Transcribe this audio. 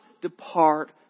depart